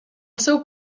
seu